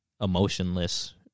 emotionless